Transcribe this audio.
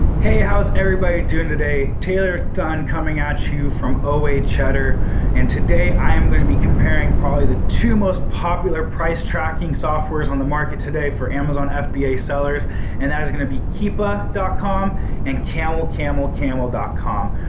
hey, how's everybody doing today, taylor dunn coming out to you from oa cheddar and today i am going to be comparing probably the two most popular price tracking softwares on the market today for amazon fba sellers and that is going to be keepa dot com and camelcamelcamel com.